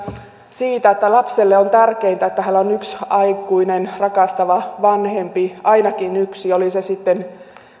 siitä että lapselle on tärkeintä että hänellä on yksi aikuinen rakastava vanhempi ainakin yksi oli se sitten